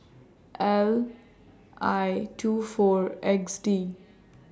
L I two four X D